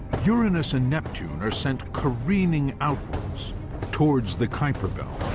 uranus and neptune are sent careering outwards towards the kuiper belt.